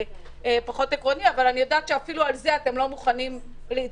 הוא פחות עקרוני אבל אני יודעת שאפילו על זה אתם לא מוכנים להתפשר,